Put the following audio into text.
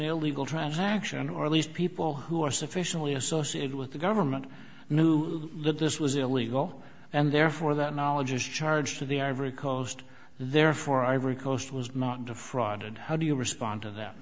illegal transaction or at least people who are sufficiently associated with the government knew that this was illegal and therefore that knowledge is charged to the ivory coast therefore ivory coast was marked a fraud and how do you respond to that